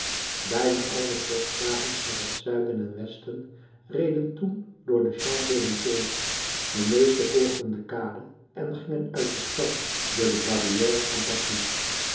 bijna al de postwagens naar het zuiden en westen reden toen door de champs-elysées de meeste volgden de kade en gingen uit de stad door de barrière van passy